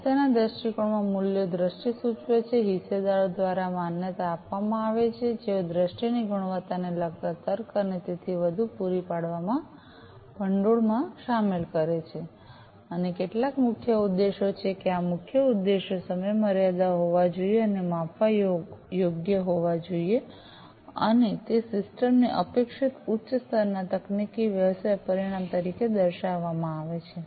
વ્યવસાયના દૃષ્ટિકોણમાંના મૂલ્યો દ્રષ્ટિ સૂચવે છે હિસ્સેદારો દ્વારા માન્યતા આપવામાં આવે છે જેઑ દ્રષ્ટિની ગુણવત્તાને લગતા તર્ક અને તેથી વધુ પૂરી પાડવામાં ભંડોળમાં શામેલ કરે છે અને કેટલાક મુખ્ય ઉદ્દેશો છે કે આ મુખ્ય ઉદ્દેશો સમય મર્યાદા હોવા જોઈએ અને માપવા યોગ્ય હોવા જોઈએ અને તે સિસ્ટમ થી અપેક્ષિત ઉચ્ચ સ્તરના તકનીકી વ્યવસાય પરિણામ તરીકે દર્શાવવામાં આવે છે